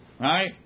Right